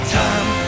time